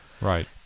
Right